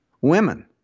Women